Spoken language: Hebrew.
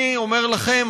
אני אומר לכם,